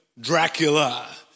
Dracula